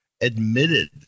admitted